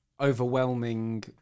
overwhelming